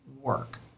work